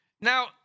Now